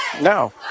No